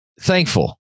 thankful